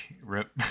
Rip